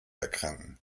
erkranken